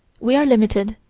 we are limited,